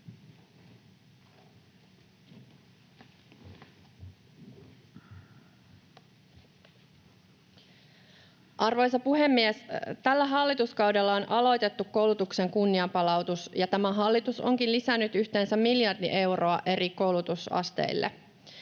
Arvoisa puhemies! Tällä hallituskaudella on aloitettu koulutuksen kunnianpalautus, ja tämä hallitus onkin lisännyt yhteensä miljardi euroa eri koulutusasteille.